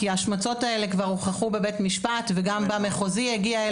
כי ההשמצות האלה כבר הוכחו בבית המשפט וגם במחוזי הגיע.